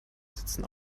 sitzen